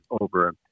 over